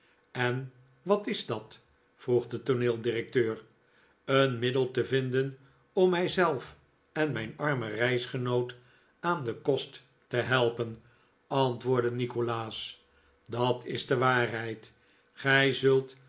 en wat is dat vroeg de tooneeldirecteur een middel te vinden om mij zelf en mijn armen reisgenoot aan den kost te helpen antwoordde nikolaas dat is de waarheid gij